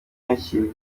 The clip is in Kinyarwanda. yakiriye